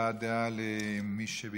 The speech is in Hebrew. אז יש זכות הבעת דעה למי שביקש.